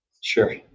Sure